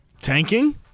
Tanking